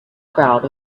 crowd